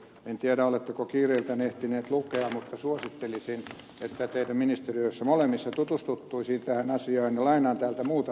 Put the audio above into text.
en tiedä oletteko kiireiltänne ehtineet lukea mutta suosittelisin että teidän ministeriöissänne molemmissa tutustuttaisiin tähän asiaan ja lainaan täältä muutaman seikan